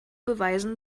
beweisen